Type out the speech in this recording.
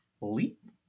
Leap